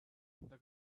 the